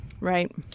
Right